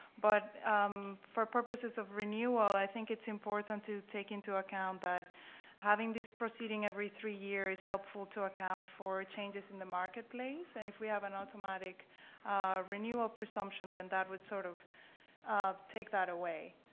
but for purposes of renewal, i think it's important to take into account that having this proceeding every three years is helpful to account for changes in the marketplace. and if we have an automatic renewal presumption, then that would sort of of take that away.